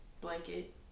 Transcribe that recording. blanket